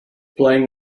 playing